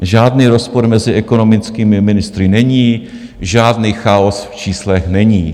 Žádný rozpor mezi ekonomickými ministry není, žádný chaos v číslech není.